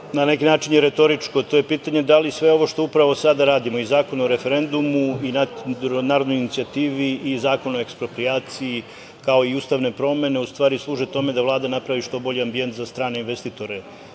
na neki način je retoričko. To je pitanje – da li sve ovo što upravo sada radimo i Zakon o referendumu i narodnoj inicijativi i Zakon o eksproprijaciji, kao i ustavne promene u stvari služe tome da Vlada napravi što bolji ambijent za strane investitore